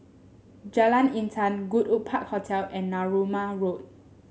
Jalan Intan Goodwood Park Hotel and Narooma Road